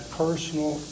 personal